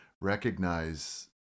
recognize